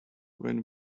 when